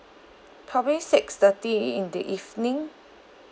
probably six thirty in the evening